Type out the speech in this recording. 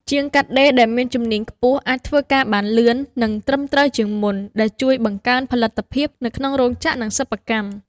ជាងកាត់ដេរដែលមានជំនាញខ្ពស់អាចធ្វើការបានលឿន និងត្រឹមត្រូវជាងមុន ដែលជួយបង្កើនផលិតភាពនៅក្នុងរោងចក្រ ឬសិប្បកម្ម។